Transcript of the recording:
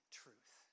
truth